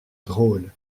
drôles